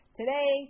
today